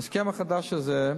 ההסכם החדש הזה,